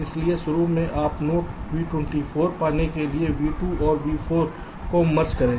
इसलिए शुरू में आप नोड V24 पाने के लिए V2 और V4 को मर्ज करें